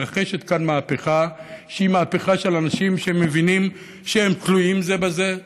מתרחשת כאן מהפכה שהיא מהפכה של אנשים שמבינים שהם תלויים זה בזה,